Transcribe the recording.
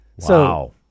Wow